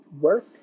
work